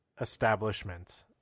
establishment